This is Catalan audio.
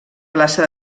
plaça